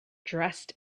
dressed